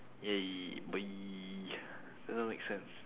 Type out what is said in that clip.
!yay! boy doesn't make sense